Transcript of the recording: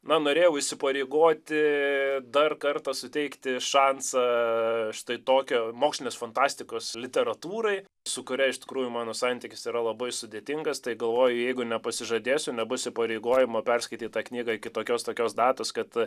nenorėjau įsipareigoti dar kartą suteikti šansą štai tokio mokslinės fantastikos literatūrai su kuria iš tikrųjų mano santykis yra labai sudėtingas tai galvoju jeigu nepasižadėsiu nebus įpareigojimo perskaitytą knygą kitokios tokios datos kad